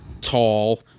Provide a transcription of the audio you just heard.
tall